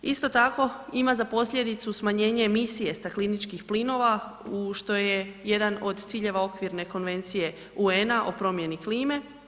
Isto tako ima za posljedicu smanjenje emisije stakleničkih plinova u što u jedan od ciljeva okvirne Konvencije UN-a o promjeni klime.